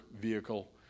vehicle